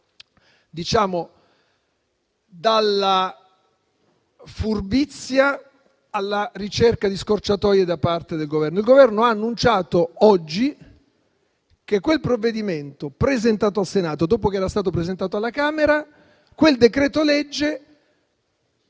va dalla furbizia alla ricerca di scorciatoie da parte del Governo. Il Governo ha annunciato oggi che quel provvedimento, presentato al Senato dopo che era stato presentato alla Camera, resterà in